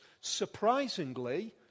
surprisingly